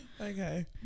Okay